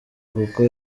kuko